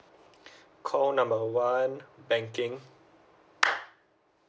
call number one banking